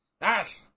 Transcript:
Ash